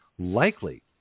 likely